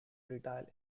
retire